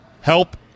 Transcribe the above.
help